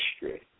history